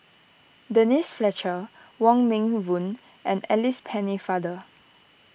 Denise Fletcher Wong Meng Voon and Alice Pennefather